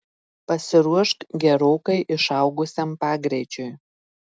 pasiruošk gerokai išaugusiam pagreičiui